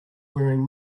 wearing